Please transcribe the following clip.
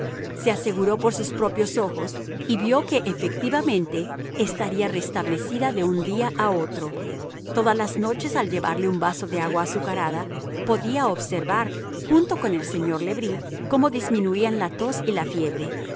se aseguró por sus propios ojos y vio que efectivamente estaría restablecida de un día a otro todas las noches al llevarle un vaso de agua azucarada podía observar junto con el señor le bris cómo disminuían la tos y la fiebre